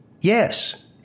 Yes